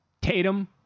Tatum